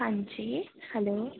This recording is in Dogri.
हां जी हैलो